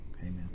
Amen